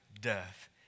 death